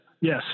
Yes